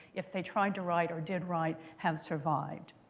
if they tried to write or did write, have survived.